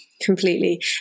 Completely